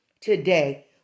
today